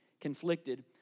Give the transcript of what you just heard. Conflicted